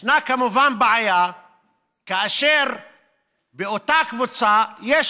יש כמובן בעיה כאשר באותה קבוצה יש